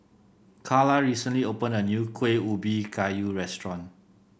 Carla recently opened a new Kueh Ubi Kayu restaurant